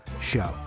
show